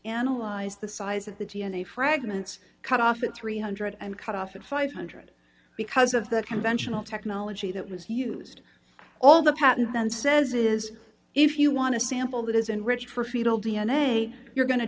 analyze the size of the d n a fragments cut off at three hundred and cut off at five hundred because of the conventional technology that was used all the patent then says is if you want to sample that is enriched for fetal d n a you're going to